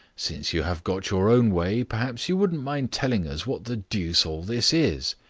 since you have got your own way, perhaps you wouldn't mind telling us what the deuce all this is?